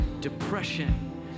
depression